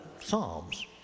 Psalms